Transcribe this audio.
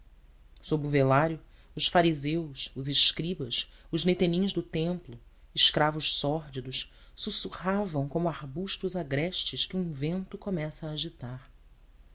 sob o velário os fariseus os escribas os netenins do templo escravos sórdidos sussurravam como arbustos agrestes que um vento começa a agitar